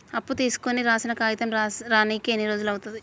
అప్పు తీసుకోనికి రాసిన కాగితం రానీకి ఎన్ని రోజులు అవుతది?